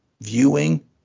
viewing